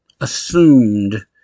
assumed